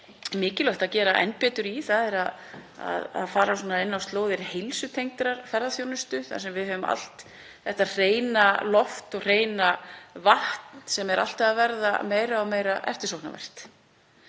mikilvægt að gera enn betur er að fara inn á slóðir heilsutengdrar ferðaþjónustu þar sem við höfum allt til alls, þetta hreina loft og hreina vatn sem er sífellt að verða meira eftirsóknarvert.